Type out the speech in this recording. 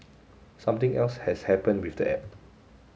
something else has happened with the app